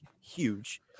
Huge